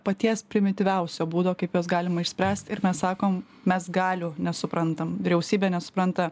paties primityviausio būdo kaip juos galima išspręst ir mes sakom mes galių nesuprantam vyriausybė nesupranta